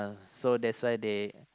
so that's why they